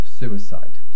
suicide